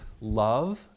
love